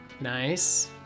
Nice